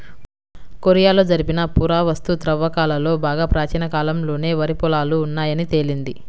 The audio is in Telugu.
కొరియాలో జరిపిన పురావస్తు త్రవ్వకాలలో బాగా ప్రాచీన కాలంలోనే వరి పొలాలు ఉన్నాయని తేలింది